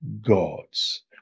gods